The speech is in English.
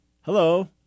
Hello